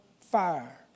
fire